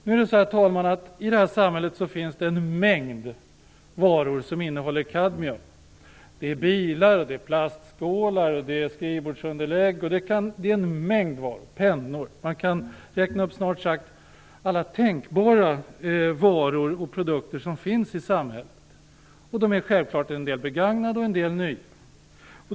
Nu är det så, herr talman, att det i det här samhället finns en mängd varor som innehåller kadmium, t.ex. bilar, plastskålar, skrivbordsunderlägg och pennor. Man kan räkna upp snart sagt alla tänkbara varor och produkter som finns i samhället. Självklart är en del begagnade och en del nya.